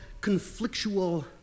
conflictual